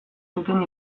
zuten